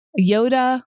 Yoda